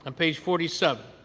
and page forty seven,